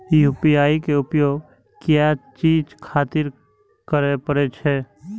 UPI के उपयोग किया चीज खातिर करें परे छे?